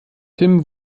tim